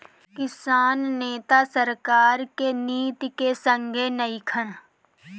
किसान नेता सरकार के नीति के संघे नइखन